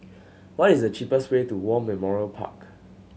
what is the cheapest way to War Memorial Park